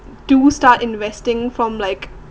do start investing from like